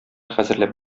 хәзерләп